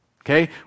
okay